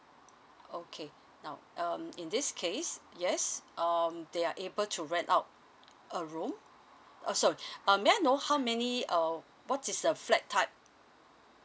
okay now um in this case yes um they are able to rent out a room uh sorry uh may I know how many err what is the flat type